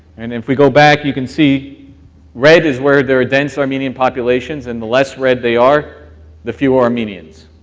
and if we go back you can see red is where there dense armenian populations, and the less red they are the fewer armenians,